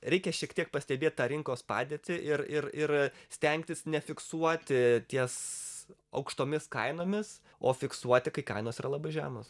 reikia šiek tiek pastebėt tą rinkos padėtį ir ir ir stengtis nefiksuoti ties aukštomis kainomis o fiksuoti kai kainos yra labai žemos